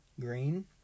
green